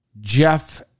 Jeff